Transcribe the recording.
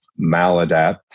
maladapt